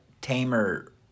tamer